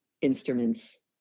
instruments